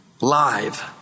live